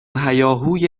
هیاهوی